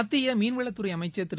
மத்திய மீன்வளத்துறை அமைச்சள் திரு